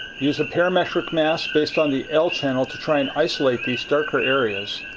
use a parametric mask based on the l channel to try and isolate these darker areas.